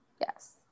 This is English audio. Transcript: Yes